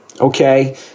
Okay